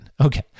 Okay